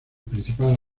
principal